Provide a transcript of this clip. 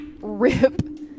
rip